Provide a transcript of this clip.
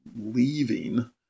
leaving